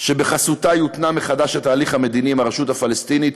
שבחסותה יותנע מחדש התהליך המדיני עם הרשות הפלסטינית,